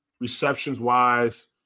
receptions-wise